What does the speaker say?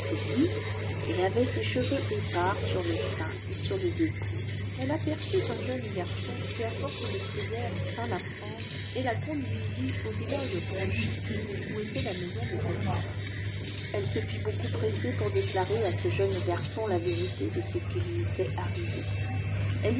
at atviit ses cheveux épars sur le sein et sur les épaules elte aperçut in jeune garçon qui à force de prières vint la prendre et la conduisit au village prochain où était la maison de cette femme elle se fit beaucoup presser pour déclarer à ce jeune garçon la vérité de ce qui lui était arrivé